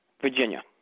Virginia